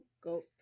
go